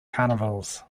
carnivals